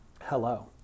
hello